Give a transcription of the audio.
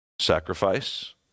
Sacrifice